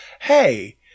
hey